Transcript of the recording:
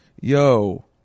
yo